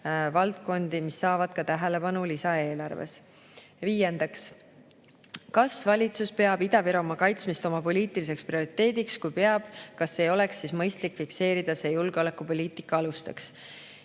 valdkondi, mis saavad tähelepanu lisaeelarves. Viiendaks: "Kas valitsus peab Ida-Virumaa kaitsmist oma poliitiliseks prioriteediks? Kui peab, kas ei oleks siis mõistlik fikseerida see julgeolekupoliitika alustes?"